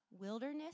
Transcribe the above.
wilderness